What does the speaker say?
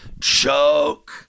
choke